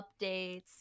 updates